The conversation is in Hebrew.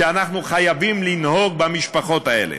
כך אנחנו חייבים לנהוג במשפחות האלה.